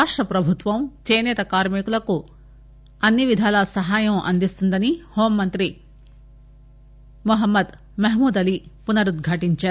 రాష్ట ప్రభుత్వం చేసేత కార్మికులకు అన్నవిధాలా సహాయం అందిస్తుందని హోంమంత్రి మొహ్మద్ మహమూద్ అలీ పునరుధాటించారు